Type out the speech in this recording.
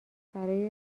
برای